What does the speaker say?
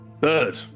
Bird